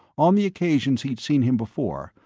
on the occasions he'd seen him before,